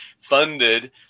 funded